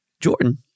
Jordan